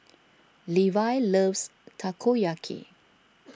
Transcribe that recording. Levi loves Takoyaki